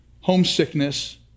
homesickness